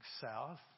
south